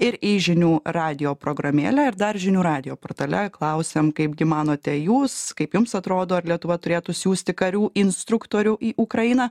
ir į žinių radijo programėlę ir dar žinių radijo portale klausiam kaipgi manote jūs kaip jums atrodo ar lietuva turėtų siųsti karių instruktorių į ukrainą